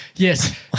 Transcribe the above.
Yes